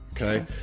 okay